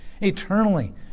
eternally